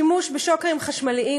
השימוש בשוקרים חשמליים,